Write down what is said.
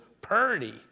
purdy